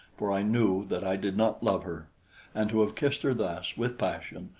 for i knew that i did not love her and to have kissed her thus, with passion,